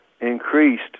increased